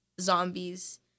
zombies